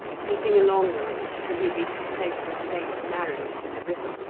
keeping along the ridge till he reached the place where the lake narrowed to the river,